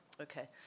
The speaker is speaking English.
Okay